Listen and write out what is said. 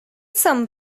some